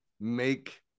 make